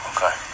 Okay